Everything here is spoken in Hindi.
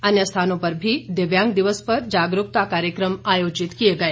अन्य स्थानों पर भी दिव्यांग दिवस पर जागरूकता कार्यक्रम आयोजित किए गए